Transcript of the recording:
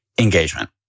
engagement